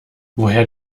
woher